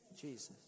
Jesus